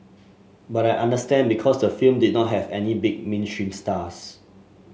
but I understand because the film did not have any big mainstream stars